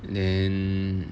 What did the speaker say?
then